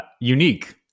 unique